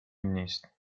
نیست